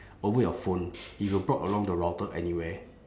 over your phone if you brought along the router anywhere